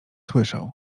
słyszał